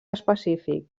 específic